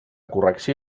correcció